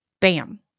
Bam